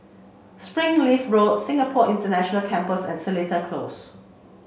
Springleaf Road Singapore International Campus and Seletar Close